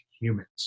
humans